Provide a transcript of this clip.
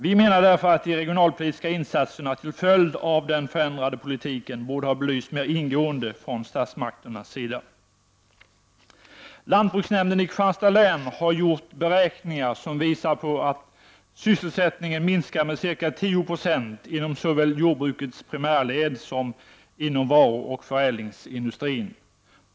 Vi menar därför att de regionalpolitiska insatserna till följd av den förändrade politiken borde ha belysts mer ingående från statsmakternas sida. Lantbruksnämnden i Kristianstads län har gjort beräkningar som visar att sysselsättningen minskar med ca 10 96 såväl inom jordbrukets primärled som inom varuoch förädlingsindustrin.